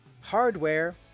hardware